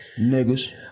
Niggas